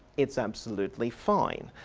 it's absolutely fine.